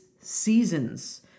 seasons